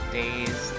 days